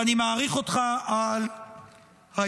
אני מעריך אותך על האיפוק.